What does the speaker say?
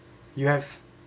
you have